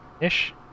ish